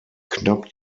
knapp